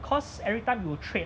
cause everytime you will trade